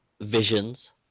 visions